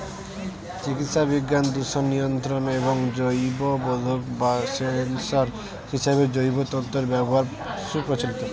চিকিৎসাবিজ্ঞান, দূষণ নিয়ন্ত্রণ এবং জৈববোধক বা সেন্সর হিসেবে জৈব তন্তুর ব্যবহার সুপ্রচলিত